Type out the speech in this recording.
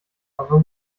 other